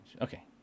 Okay